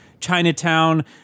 Chinatown